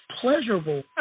pleasurable